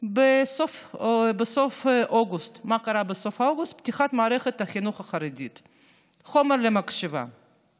או כך הוסבר לאנשים, נאמר